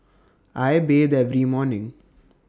I bathe every morning